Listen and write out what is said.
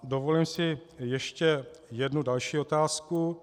Dovolím si ještě jednu další otázku.